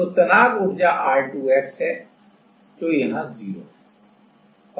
तो तनाव ऊर्जा R2x है जो यहां 0 है